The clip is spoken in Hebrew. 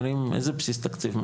אומרים איזה בסיס תקציב,